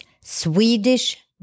Swedish